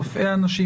רופאי הנשים,